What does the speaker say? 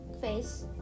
face